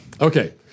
Okay